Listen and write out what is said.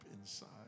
inside